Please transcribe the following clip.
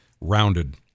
rounded